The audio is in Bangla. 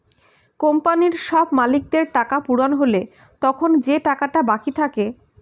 কোম্পানির সব মালিকদের টাকা পূরণ হলে তখন যে টাকাটা বাকি থাকে